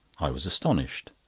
i was astonished.